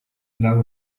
lau